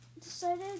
decided